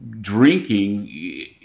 drinking